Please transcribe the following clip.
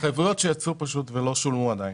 התחייבויות שיצאו פשוט ולא שולמו עדיין.